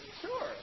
Sure